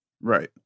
Right